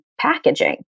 packaging